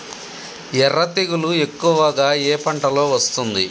ఎర్ర తెగులు ఎక్కువగా ఏ పంటలో వస్తుంది?